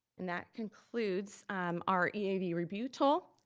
and that concludes our eap review tool.